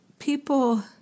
People